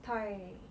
太